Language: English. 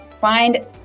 find